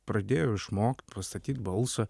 pradėjau išmokt pastatyt balsą